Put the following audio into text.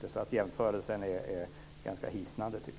Jag tycker att jämförelsen är ganska hisnande.